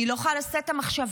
אני לא יכולה לשאת את המחשבה